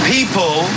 People